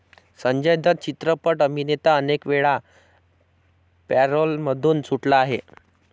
संजय दत्त चित्रपट अभिनेता अनेकवेळा पॅरोलमधून सुटला आहे